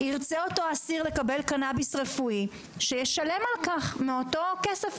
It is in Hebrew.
אותו אסיר ירצה לקבל קנאביס רפואי שישלם על כך מאותו כסף,